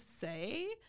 say